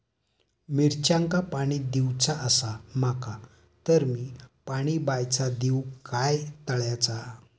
मिरचांका पाणी दिवचा आसा माका तर मी पाणी बायचा दिव काय तळ्याचा?